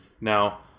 Now